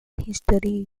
history